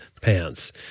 pants